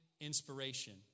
inspiration